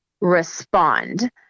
respond